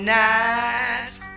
nights